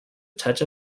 touch